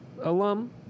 Alum